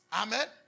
Amen